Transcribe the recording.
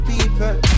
people